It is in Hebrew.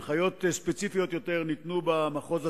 יש הנחיות גם לגבי חניונים אחרים,